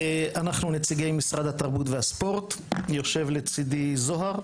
אנחנו נציגי משרד התרבות והספורט, יושב לצדי זוהר,